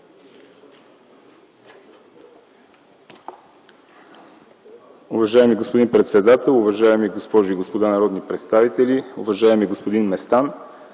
Уважаеми господин председател, уважаеми госпожи и господа народни представители! Уважаеми господин Местан,